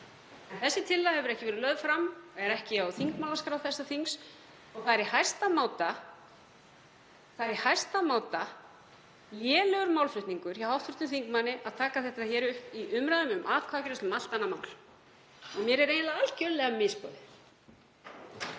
En slík tillaga hefur ekki verið lögð fram, hún er ekki á þingmálaskrá þessa þings og það er í hæsta máta lélegur málflutningur hjá hv. þingmanni að taka þetta upp í umræðum um atkvæðagreiðslu um allt annað mál. Mér er eiginlega algerlega misboðið.